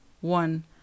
one